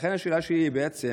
לכן, השאלה שלי היא בעצם: